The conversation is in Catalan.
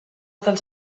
dels